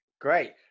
Great